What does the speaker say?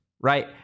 right